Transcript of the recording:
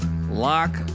lock